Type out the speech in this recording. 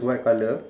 white colour